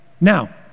Now